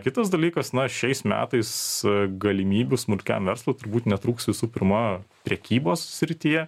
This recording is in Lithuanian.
kitas dalykas na šiais metais galimybių smulkiam verslui turbūt netrūks visų pirma prekybos srityje